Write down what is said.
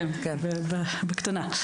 כן, בקטנה...